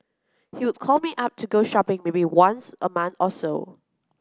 he'd call me up to go shopping maybe once a month or so